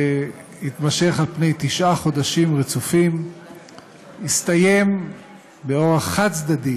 שהתמשך על פני תשעה חודשים רצופים והסתיים באורח חד-צדדי